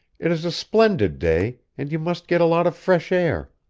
it is a splendid day, and you must get a lot of fresh air.